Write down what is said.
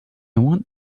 want